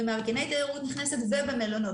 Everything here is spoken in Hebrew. במארגני תיירות נכנסת ובמלונות.